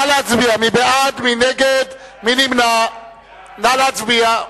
התש"ע 2010. נא להצביע.